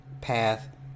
path